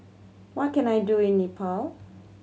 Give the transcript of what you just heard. what can I do in Nepal